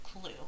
clue